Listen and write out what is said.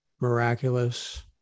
miraculous